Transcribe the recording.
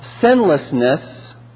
sinlessness